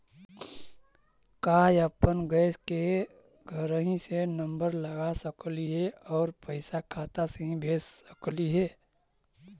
का अपन गैस के घरही से नम्बर लगा सकली हे और पैसा खाता से ही भेज सकली हे?